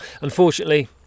unfortunately